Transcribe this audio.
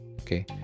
okay